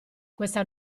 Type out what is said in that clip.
questa